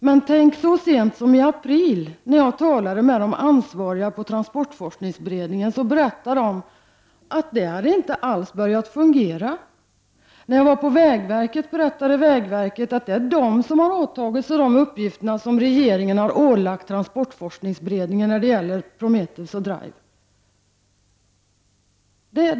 Men, tänk, så sent som i april berättade de ansvariga i transportforskningsberedningen för mig att detta inte alls hade börjat fungera. När jag var på vägverket berättade man där att det är verket som har åtagit sig de uppgifter som regeringen har ålagt transportforskningsberedningen när det gäller Prometheus och Drive.